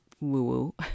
woo-woo